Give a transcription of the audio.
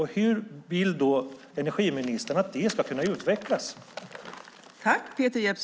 Hur vill då energiministern att det ska kunna utvecklas?